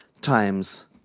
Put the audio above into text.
times